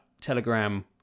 Telegram